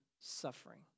suffering